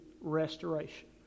restoration